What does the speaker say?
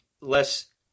less